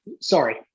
sorry